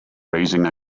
raising